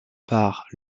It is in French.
part